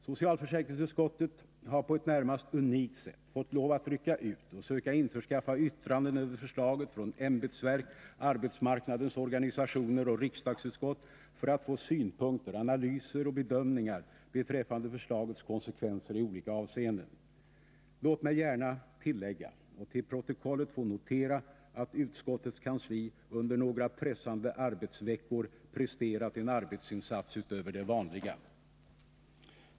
Socialförsäkringsutskottet har på ett närmast unikt sätt fått lov att rycka ut och söka införskaffa yttranden över förslaget från ämbetsverk, arbetsmarknadens organisationer och riksdagsutskott för att få synpunkter, analyser och bedömningar beträffande förslagets konsekvenser i olika avseenden. Låt mig gärna tillägga och till protokollet få notera att utskottets kansli under några pressande arbetsveckor presterat en arbetsinsats utöver det vanliga.